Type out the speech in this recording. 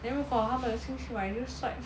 then 如果他们有兴趣买就 swipe